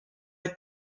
être